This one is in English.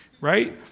right